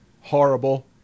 horrible